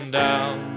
down